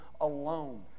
alone